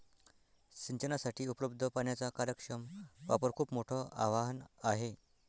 सिंचनासाठी उपलब्ध पाण्याचा कार्यक्षम वापर खूप मोठं आवाहन आहे